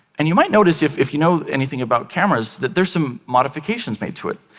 and you might notice, if if you know anything about cameras, that there's some modifications made to it.